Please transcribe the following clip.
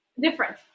different